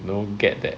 don't get that